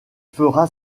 fera